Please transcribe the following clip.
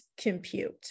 compute